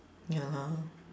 ya ha